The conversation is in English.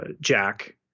Jack